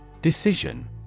Decision